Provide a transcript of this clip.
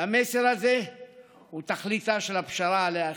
והמסר הזה הוא תכליתה של הפשרה שעליה החלטנו.